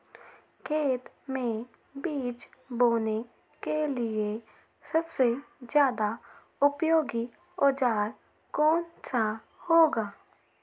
खेत मै बीज बोने के लिए सबसे ज्यादा उपयोगी औजार कौन सा होगा?